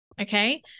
okay